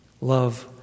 Love